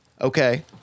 Okay